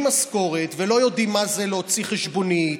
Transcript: משכורת לא יודעים מה זה להוציא חשבונית,